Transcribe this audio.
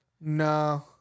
No